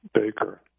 Baker